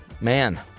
man